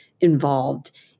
involved